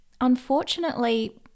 unfortunately